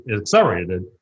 accelerated